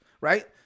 right